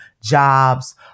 jobs